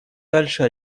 дальше